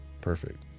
perfect